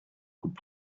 could